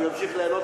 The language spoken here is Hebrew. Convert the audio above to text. שהוא ימשיך ליהנות,